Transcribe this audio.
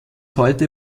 heute